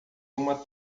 uma